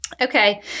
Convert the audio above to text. okay